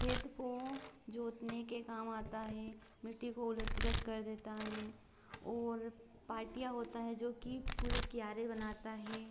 खेत को जोतने के काम आता हे मिट्टी को उलट पुलट कर देता हें और पार्टीयाँ होता है जो कि पूरे कियारे बनाता है